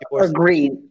Agreed